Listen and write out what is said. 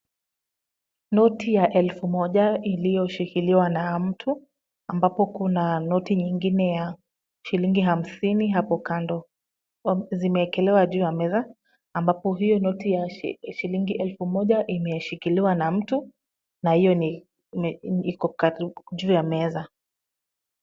Noti ya elfu moja iliyoshikiliwa na mtu ambapo kuna noti nyingine ya hamsini hapo kando. Zimeekelewa juu ya meza.